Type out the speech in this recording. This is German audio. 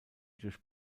durch